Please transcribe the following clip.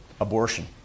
Abortion